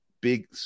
big